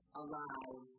alive